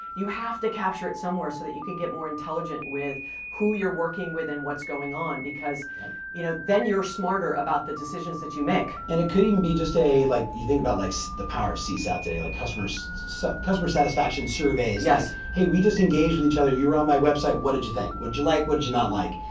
you have to capture it somewhere so that you get more intelligent with who you're working with, and what's going on, because you know then you're smarter about the decisions that you make. and it could even be just a, like you think about like so the power of csat today, like customer so so customer satisfaction surveys. yes. hey we just engaged with each other, you were on my website. what did you think? what did you like? what did you not like?